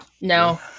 No